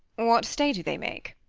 what stay do they make?